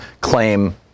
claim